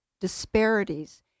disparities